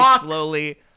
slowly